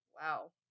Wow